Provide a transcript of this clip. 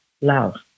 love